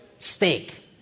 Steak